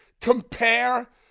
compare